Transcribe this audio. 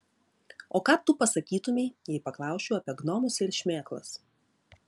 o ką tu pasakytumei jei paklausčiau apie gnomus ir šmėklas